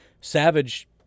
Savage